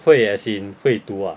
会 as in 会读 ah